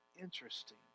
interesting